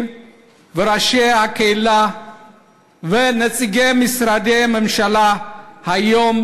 וראשי הקהילה ונציגי משרדי הממשלה היום